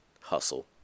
Hustle